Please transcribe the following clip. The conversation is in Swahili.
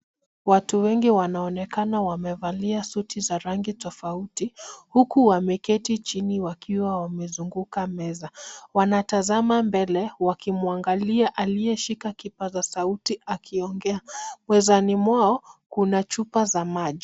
Watu wengi wanaonekana wamevalia suti za rangi tofauti huku wameketi chini wakiwa wamezunguka meza. Wanatazama mbele wakimwangalia aliyeshika kipaza sauti akiongea. Mezani mwao kuna chupa za maji.